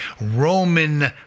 Roman